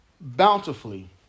bountifully